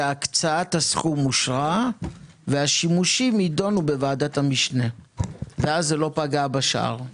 שהקצאת הסכום אושרה והשימושים יידונו בוועדת המשנה ואז זה לא פגע בשאר.